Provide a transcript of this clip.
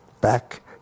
back